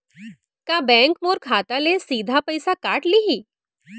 का बैंक मोर खाता ले सीधा पइसा काट लिही?